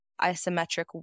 isometric